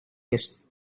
his